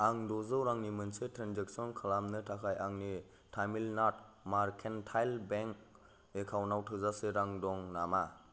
आं द' जौ रांनि मोनसे ट्रेनजेक्सन खालामनो थाखाय आंनि तामिलनाद मारकेन्टाइल बेंक एकाउन्टाव थोजासे रां दं नामा